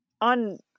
on